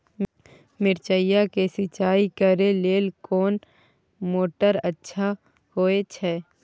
मिर्चाय के सिंचाई करे लेल कोन मोटर अच्छा होय छै?